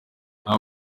nta